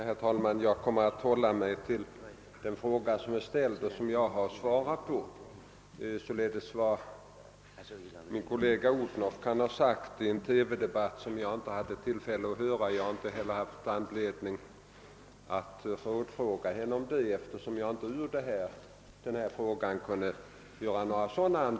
Herr talman! Jag kommer att hålla mig till den fråga som är ställd och som jag har svarat på, inte till vad min kollega fru Odhnoff kan ha sagt i en TV-debatt, som jag inte hade tillfälle att höra och inte heller haft anledning att tala med fru Odhnoff om, eftersom jag inte av den ställda frågan kunde utläsa att så skulle behövas.